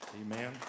Amen